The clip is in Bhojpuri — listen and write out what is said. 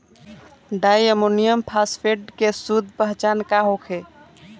डाई अमोनियम फास्फेट के शुद्ध पहचान का होखे?